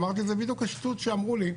אמרתי, זה בדיוק השטות שאמרו לי,